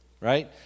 right